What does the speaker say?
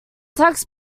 tax